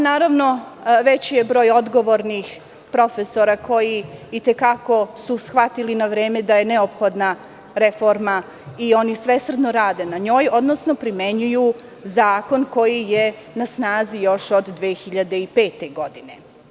Naravno, veći je broj odgovornih profesora koji su i te kako shvatili na vreme da je neophodna reforma i oni svesrdno rade na njoj, odnosno primenjuju zakon koji je na snazi još od 2005. godine.